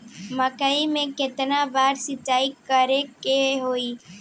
मकई में केतना बार सिंचाई करे के होई?